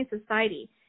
society